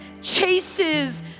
chases